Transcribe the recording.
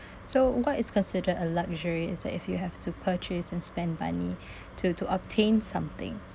so what is considered a luxury is that if you have to purchase and spend money to to obtain something